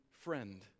friend